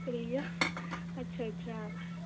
प्रिया अच्छा अच्छा